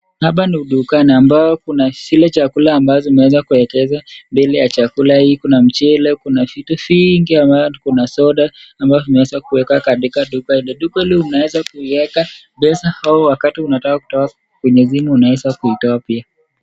Hapa ni dukani ambao kuna zile chakula ambazo zimeweza kuegezwa. Mbele ya chakula hii kuna mchele, kuna vitu vingi ambapo kuna soda ambapo imeweza kuekwa katika duka hili. Duka hili unaeza kukweka pesa au wakati unataka kutoa kwenye simu unaeza kuitoa pia.